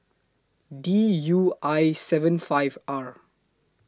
D U I seven five R